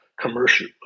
commercial